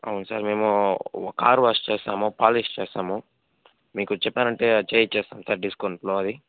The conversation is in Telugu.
అవును సార్ మేము కార్ వాష్ చేస్తాము పాలిష్ చేస్తాము మీకు చెప్పారంటే చేయించి ఇస్తాం సార్ డిస్కౌంట్లో అది